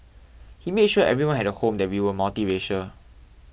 he made sure everyone had a home and that we were multiracial